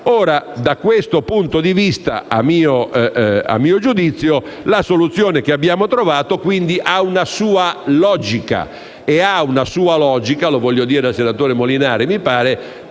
Da questo punto di vista, a mio giudizio, la soluzione che abbiamo trovato, quindi, ha una sua logica. E ha una sua logica - lo voglio dire al senatore Molinari - anche